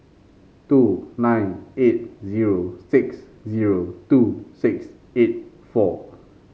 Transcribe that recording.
two nine eight zero six zero two six eight four